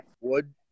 wood